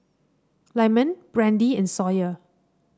Lyman Brandi and Sawyer